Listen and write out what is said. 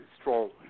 strong